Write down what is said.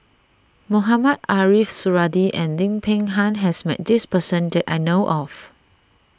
Mohamed Ariff Suradi and Lim Peng Han has met this person that I know of